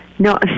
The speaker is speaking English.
No